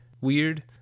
weird